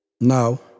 Now